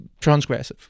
transgressive